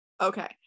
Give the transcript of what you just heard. Okay